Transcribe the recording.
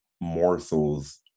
morsels